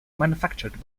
manufactured